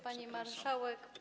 Pani Marszałek!